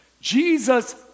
Jesus